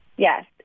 Yes